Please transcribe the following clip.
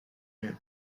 rien